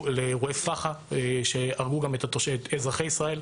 לאירועי פח"ע שהרגו גם את אזרחי ישראל,